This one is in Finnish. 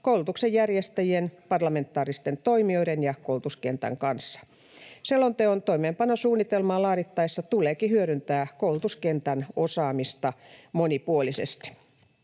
koulutuksen järjestäjien, parlamentaaristen toimijoiden ja koulutuskentän kanssa. Selonteon toimeenpanosuunnitelmaa laadittaessa tuleekin hyödyntää koulutuskentän osaamista monipuolisesti.